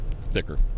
Thicker